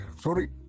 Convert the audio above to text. Sorry